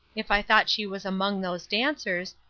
if i thought she was among those dancers,